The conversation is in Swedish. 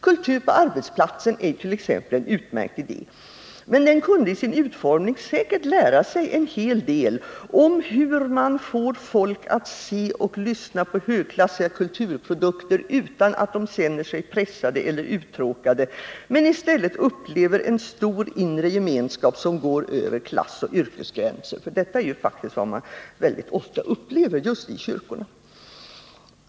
Kultur på arbetsplatsen är t.ex. en utmärkt idé, men i dess utformning kunde man säkert lära sig en hel del om hur man får folk att se och lyssna på högklassiga kulturprodukter utan att de känner sig pressade eller uttråkade och i stället upplever en stor inre gemenskap som går över klassoch yrkesgränser. Detta är ju faktiskt vad man väldigt ofta upplever just i kyrkorna.